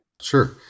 Sure